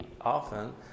often